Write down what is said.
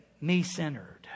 me-centered